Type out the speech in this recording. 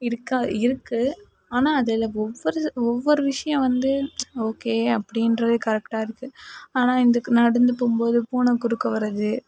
இருக்கா இருக்கு ஆனால் அது ஒவ்வொரு ஒவ்வொரு விஷயம் வந்து ஓகே அப்படின்ற கரெக்டாக இருக்கு ஆனால் இதுக்கு நடந்து போகும்போது பூனை குறுக்கே வர்றது